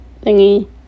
thingy